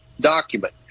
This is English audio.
document